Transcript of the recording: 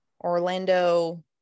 orlando